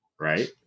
Right